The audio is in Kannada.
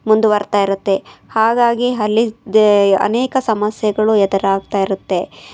ಮುಂದುವರಿತಾ ಇರುತ್ತೆ ಹಾಗಾಗಿ ಅಲ್ಲಿ ದೇ ಅನೇಕ ಸಮಸ್ಯೆಗಳು ಎದುರಾಗ್ತಾ ಇರುತ್ತೆ